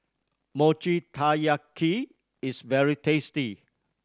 Mochi Taiyaki is very tasty